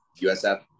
USF